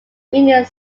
meaning